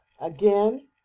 Again